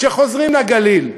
שחוזרים לגליל,